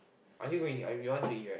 are you going or we want to eat right